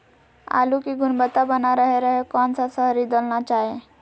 आलू की गुनबता बना रहे रहे कौन सा शहरी दलना चाये?